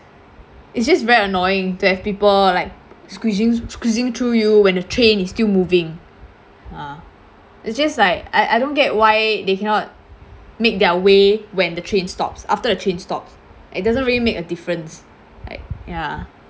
it's just very annoying to have people like squeezing squeezing through you when the train is still moving uh it's just like I I don't get why they cannot make their way when the train stops after the train stops it doesn't really make a difference like ya